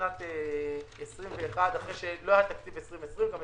לשנת 2021 אחרי שלא היה תקציב לשנת 2020. גם